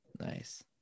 nice